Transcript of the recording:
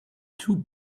two